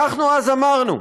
אנחנו אז אמרנו: